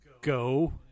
go